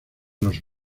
los